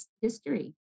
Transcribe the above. history